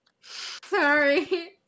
Sorry